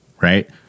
right